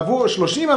שעובדים בניגוד לרצונם.